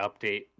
update